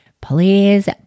Please